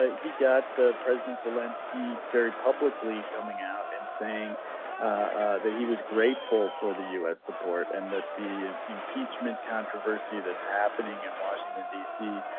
ah he got president zelensky very publicly coming out and saying that he was grateful for the u s. support and that the impeachment controversy that's happening in washington d c.